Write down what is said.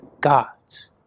God's